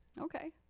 Okay